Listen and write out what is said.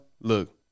look